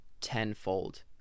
tenfold